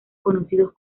conocidos